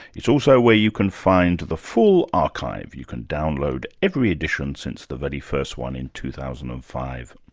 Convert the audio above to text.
it's also where you can find the full archive. you can download every edition since the very first one in two thousand and five.